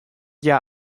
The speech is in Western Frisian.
hja